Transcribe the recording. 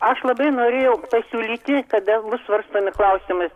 aš labai norėjau pasiūlyti kada bus svarstomi klausimai